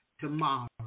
tomorrow